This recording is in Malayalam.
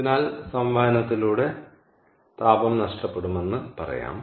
അതിനാൽ സംവഹനത്തിലൂടെ താപം നഷ്ടപ്പെടുമെന്ന് പറയാം